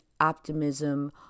optimism